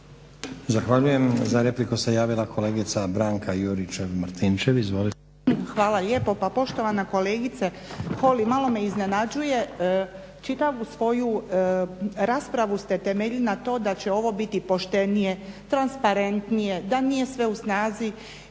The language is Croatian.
izvolite. **Juričev-Martinčev, Branka (HDZ)** Hvala lijepo. Pa poštovana kolegice Holy. Malo me iznenađuje, čitavu svoju raspravu ste temeljili na to da će ovo biti poštenije, transparentnije, da nije sve u snazi,